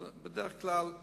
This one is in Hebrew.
אבל בדרך כלל,